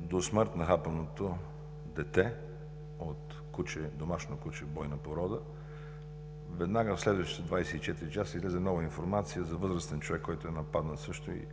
до смърт от домашно куче бойна порода. Веднага в следващите 24 часа излезе нова информация за възрастен човек, който е нападнат също и